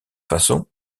façon